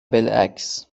بالعکس